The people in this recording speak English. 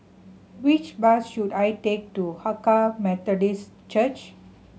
which bus should I take to Hakka Methodist Church